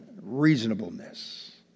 Reasonableness